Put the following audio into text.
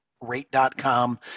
rate.com